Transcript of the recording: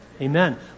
Amen